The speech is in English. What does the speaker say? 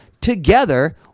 together